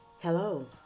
Hello